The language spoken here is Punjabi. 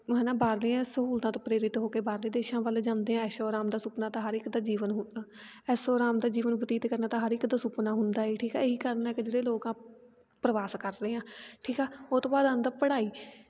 ਹੈ ਨਾ ਬਾਹਰਲੀਆਂ ਸਹੂਲਤਾਂ ਤੋਂ ਪ੍ਰੇਰਿਤ ਹੋ ਕੇ ਬਾਹਰ ਦੇ ਦੇਸ਼ਾਂ ਵੱਲ ਜਾਂਦੇ ਆ ਐਸ਼ੋ ਅਰਾਮ ਦਾ ਸੁਪਨਾ ਤਾਂ ਹਰ ਇੱਕ ਦਾ ਜੀਵਨ ਹੁੰਦਾ ਐਸ਼ੋ ਅਰਾਮ ਦਾ ਜੀਵਨ ਬਤੀਤ ਕਰਨਾ ਤਾਂ ਹਰ ਇੱਕ ਦਾ ਸੁਪਨਾ ਹੁੰਦਾ ਹੈ ਠੀਕ ਹੈ ਇਹੀ ਕਾਰਨ ਆ ਕਿ ਜਿਹੜੇ ਲੋਕ ਆ ਪ੍ਰਵਾਸ ਕਰ ਰਹੇ ਆ ਠੀਕ ਆ ਉਹ ਤੋਂ ਬਾਅਦ ਆਉਂਦਾ ਪੜ੍ਹਾਈ